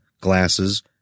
glasses